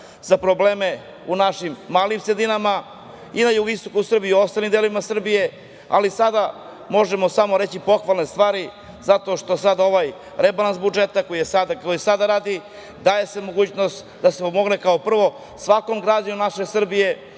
za probleme u našim malim sredinama, i na jugoistoku Srbije i u ostalim delovima Srbije, ali sada možemo reći samo pohvalne stvari, zato što sada ovaj rebalans budžeta daje mogućnost da se pomogne, kao prvo, svakom građaninu naše Srbije